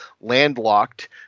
Landlocked